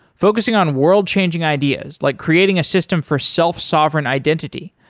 focusing on world-changing ideas like creating a system for self-sovereign identity,